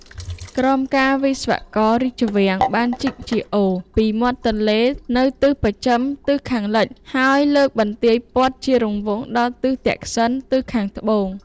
ក្រមការវិស្វកររាជវាំង បានជីកជាអូរ ពីមាត់ទន្លេនៅទិសបស្ចិម (ទិសខាងលិច) ហើយលើកបន្ទាយព័ទ្ធជារង្វង់ ដល់ទិសទក្សិណ (ទិសខាងត្បូង)។